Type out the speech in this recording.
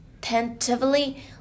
tentatively